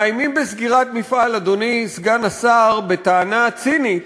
מאיימים בסגירת מפעל, אדוני סגן השר, בטענה הצינית